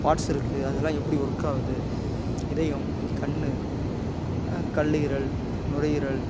parts இருக்குது அதல்லாம் எப்படி ஒர்க்காகுது இதயம் கண் கல்லீரல் நுரையீரல்